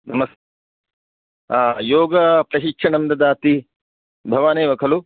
नम योग प्रशिक्षणं ददाति भवान् एव खलु